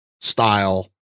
style